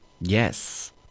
Yes